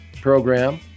program